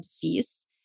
fees